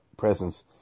Presence